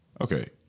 Okay